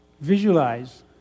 Visualize